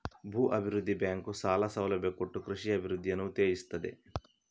ಭೂ ಅಭಿವೃದ್ಧಿ ಬ್ಯಾಂಕು ಸಾಲ ಸೌಲಭ್ಯ ಕೊಟ್ಟು ಕೃಷಿಯ ಅಭಿವೃದ್ಧಿಯನ್ನ ಉತ್ತೇಜಿಸ್ತದೆ